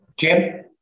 Jim